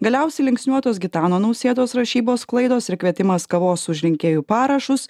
galiausiai linksniuotos gitano nausėdos rašybos klaidos ir kvietimas kavos už rinkėjų parašus